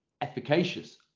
efficacious